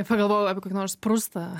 pagalvojau apie kokį nors prustą